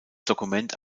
dokument